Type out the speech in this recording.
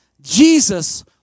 Jesus